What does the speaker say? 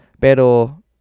Pero